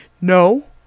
No